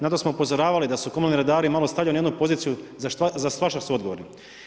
Na to smo upozoravali da su komunalni redari malo stavljeni u jednu poziciju – za svašta su odgovorni.